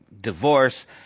divorce